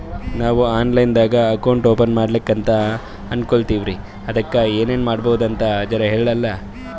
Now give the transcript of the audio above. ನಾವು online ದಾಗ account open ಮಾಡ್ಲಕಂತ ಅನ್ಕೋಲತ್ತೀವ್ರಿ ಅದಕ್ಕ ಏನ ಮಾಡಬಕಾತದಂತ ಜರ ಹೇಳ್ರಲ?